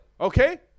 Okay